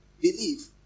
believe